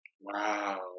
Wow